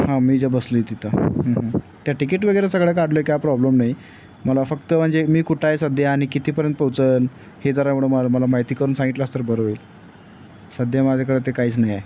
हां मी जे बसलो आहे तिथं त्या टिकीट वगैरे सगळं काढलं आहे काय प्रॉब्लेम नाही मला फक्त म्हणजे मी कुठं आहे सध्या आणि कितीपर्यंत पोहोचेन हे जरामुळं मला मला माहिती करून सांगितलंस तर बरं होईल सध्या माझ्याकडे ते काहीच नाही आहे